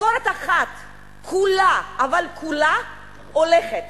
משכורת אחת כולה, אבל כולה, הולכת